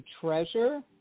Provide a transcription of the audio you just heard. treasure